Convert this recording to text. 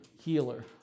healer